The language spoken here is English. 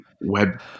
web